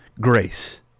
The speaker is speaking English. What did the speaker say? grace